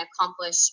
accomplish